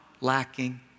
lacking